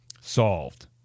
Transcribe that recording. solved